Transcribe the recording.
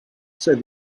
said